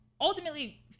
ultimately